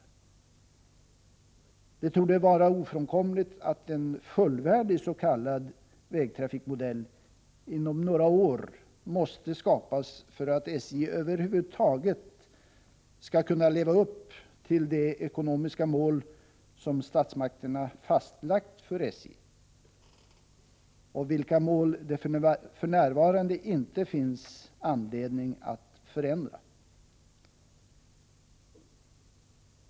Det torde vara ofrånkomligt att en fullvärdig s.k. vägtrafikmodell inom några år måste skapas för att SJ över huvud taget skall kunna leva upp till de ekonomiska mål som statsmakterna fastlagt för SJ, vilka mål det för närvarande inte finns anledning att förändra.